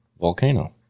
Volcano